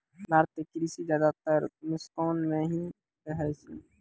भारतीय कृषि ज्यादातर नुकसान मॅ ही रहै छै